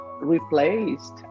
replaced